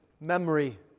memory